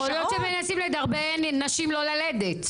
יכול להיות שהם מנסים לדרבן נשים לא ללדת.